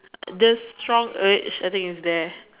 the strong urge I think is there